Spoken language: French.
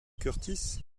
kurtis